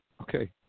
okay